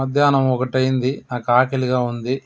మధ్యాహ్నం ఒకటయింది నాకు ఆకలిగా ఉంది